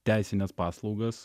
teisines paslaugas